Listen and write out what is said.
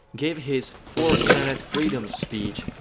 gave his four internet freedoms speech,